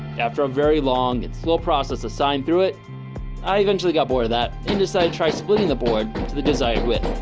after a very long and slow process to sign through it i eventually got bored of that in decide try splitting the board to the desired width